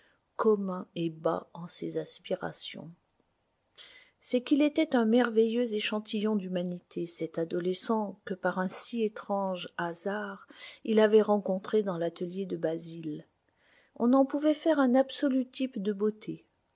commun et bas en ses aspirations c'est qu'il était un merveilleux échantillon d'humanité cet adolescent que par un si étrange hasard il avait rencontré dans l'atelier de basil on en pouvait faire un absolu type de beauté